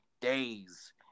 days